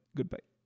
Goodbye